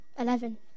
Eleven